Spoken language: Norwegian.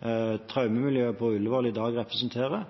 traumemiljøet på Ullevål i dag representerer,